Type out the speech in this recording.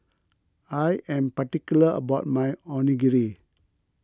I am particular about my Onigiri